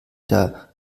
der